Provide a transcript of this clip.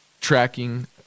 tracking